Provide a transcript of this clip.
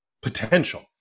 potential